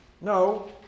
no